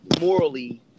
morally